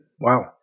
wow